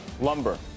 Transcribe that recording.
Lumber